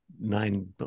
nine